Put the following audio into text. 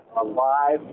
alive